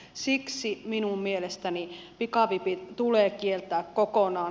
siksi minun mielestäni pikavipit tulee kieltää kokonaan